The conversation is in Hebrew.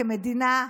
כמדינה,